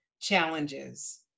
challenges